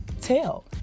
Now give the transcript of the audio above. tell